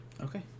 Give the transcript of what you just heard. okay